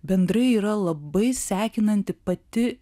bendrai yra labai sekinanti pati